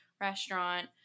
restaurant